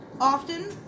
Often